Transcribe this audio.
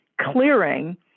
clearing